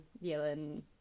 yelling